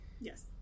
yes